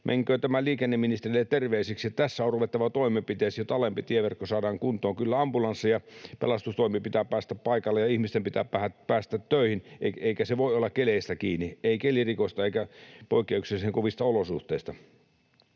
Menköön tämä liikenneministerille terveisiksi, että tässä on ruvettava toimenpiteisiin, että alempi tieverkko saadaan kuntoon. Kyllä ambulanssien ja pelastustoimen pitää päästä paikalle ja ihmisten pitää päästä töihin, eikä se voi olla keleistä kiinni, ei kelirikosta eikä poikkeuksellisen kovista olosuhteista.